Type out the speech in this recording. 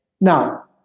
Now